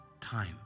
time